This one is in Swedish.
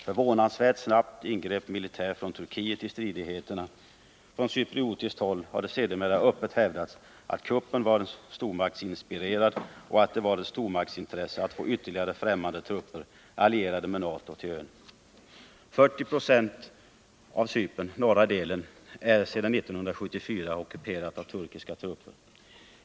Förvånansvärt snabbt ingrep militär från Turkiet i stridigheterna. Från cypriotiskt håll har det sedermera öppet hävdats att kuppen var stormaktsinspirerad och att det var ett stormaktsintresse att få ytterligare främmande trupper allierade med NATO till ön. 40 26 av Cypern, den norra delen, är sedan 1974 ockuperat av turkiska trupper.